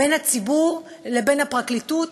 בין הציבור לבין הפרקליטות,